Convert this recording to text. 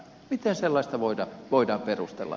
miten sellaista voidaan perustella